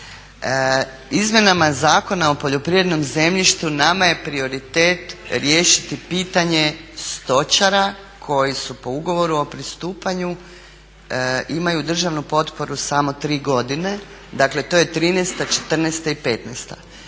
Izmjenama Zakona o poljoprivrednom zemljištu nama je prioritet riješiti pitanje stočara koji su po ugovoru o pristupanju imaju državnu potporu samo tri godine, dakle to je '13., '14. i '15. Ovo je